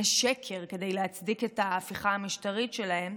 שקר כדי להצדיק את ההפיכה המשטרית שלהם,